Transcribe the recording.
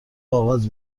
آغاز